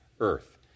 earth